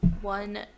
One